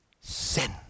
sin